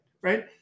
right